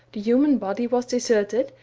the human body was deserted,